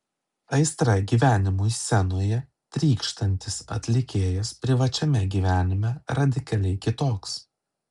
aistra gyvenimui scenoje trykštantis atlikėjas privačiame gyvenime radikaliai kitoks